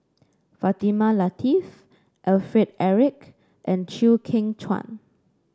Fatimah Lateef Alfred Eric and Chew Kheng Chuan